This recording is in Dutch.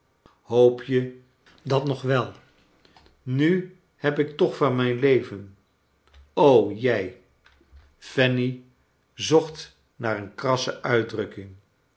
hoop je dat nog wel nu heb ik toch van mijn leven o jij kleine dokrit fanny zocht naar een krasse uitdrukking